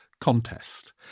contest